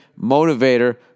motivator